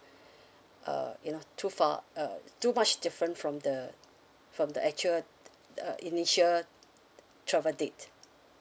err you know too far err too much different from the from the actual uh initial travel date